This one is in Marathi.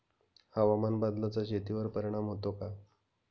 हवामान बदलाचा शेतीवर परिणाम होतो का?